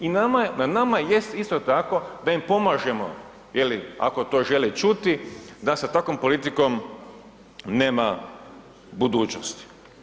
I na nama jest isto tako da im pomažemo ili ako to žele čuti da sa takvom politikom nema budućnosti.